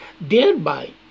Thereby